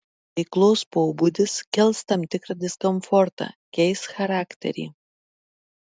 veiklos pobūdis kels tam tikrą diskomfortą keis charakterį